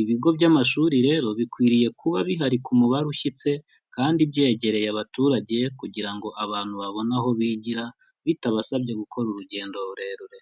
Ibigo by'amashuri rero bikwiriye kuba bihari ku mubare ushyitse kandi byegereye abaturage kugira ngo abantu babone aho bigira bitabasabye gukora urugendo rurerure.